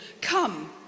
come